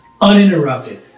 uninterrupted